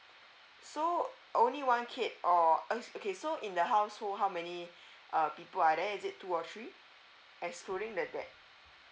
so only one kid or else okay so in the household how many uh people are there is it two or three excluding the dad